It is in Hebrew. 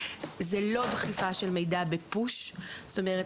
זה לא דחיפה של מידע ב-push; זאת אומרת,